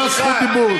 תקבל גם אתה זכות דיבור.